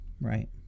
Right